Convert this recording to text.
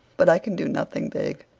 but i can do nothing big.